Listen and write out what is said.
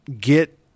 get